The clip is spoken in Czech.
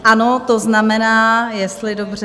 Ano, to znamená, jestli dobře...